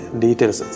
details